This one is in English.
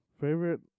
favorite